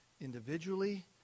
individually